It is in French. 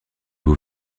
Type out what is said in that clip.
vous